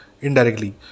indirectly